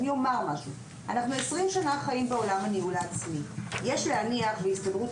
אנחנו חיים בעולם הניהול העצמי מזה כ-20 שנה.